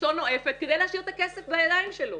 אישתו נואפת כדי להשאיר את הכסף בידיים שלו.